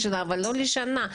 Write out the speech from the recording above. בסך הכל מדובר כאן בהארכה של שנה.